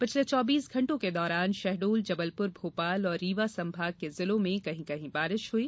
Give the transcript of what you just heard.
पिछले चौबीस घण्टों के दौरान शहडोल जबलपुर भोपाल और रीवा संभाग के जिलों में कहीं कहीं बारिश हई